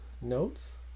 notes